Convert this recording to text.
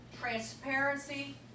transparency